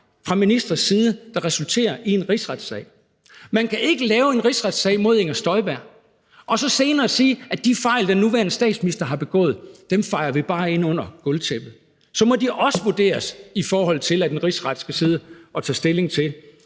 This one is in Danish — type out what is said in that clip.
fra ministres side der resulterer i en rigsretssag. Man kan ikke lave en rigsretssag mod Inger Støjberg og så senere sige, at de fejl, den nuværende statsminister har begået, fejer man bare ind under gulvtæppet. Så må de også vurderes, i forhold til at en rigsret skal sidde og tage stilling til,